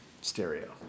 Stereo